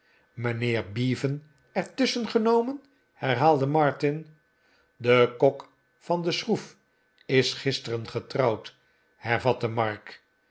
mijnheer bevan er tusschen genomen herhaalde martin de kok van de schroef is gisteren getrouwd hervatte mark